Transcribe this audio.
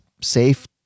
safe